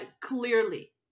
clearly